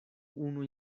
unu